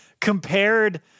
compared